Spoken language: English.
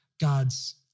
God's